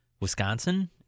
Wisconsin